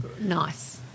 Nice